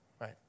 right